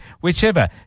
whichever